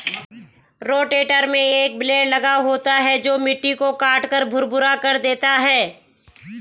rotator में एक blade लगा होता है जो मिट्टी को काटकर भुरभुरा कर देता है